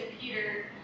Peter